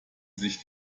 sich